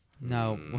no